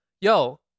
yo